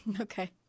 Okay